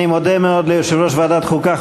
אני מודה מאוד ליושב-ראש ועדת חוקה,